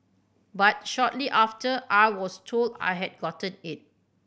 but shortly after I was told I had gotten it